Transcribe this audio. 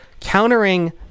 countering